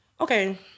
Okay